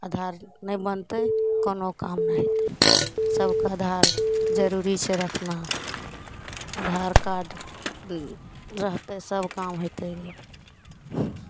आधार नहि बनतै कोनो काम नहि हेतै सभकेँ आधार जरूरी छै रखना आधार कार्ड हुँ रहतै सब काम हेतै गे